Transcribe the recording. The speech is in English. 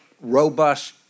robust